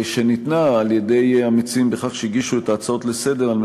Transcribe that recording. שניתנה על-ידי המציעים בכך שהגישו את ההצעות לסדר-היום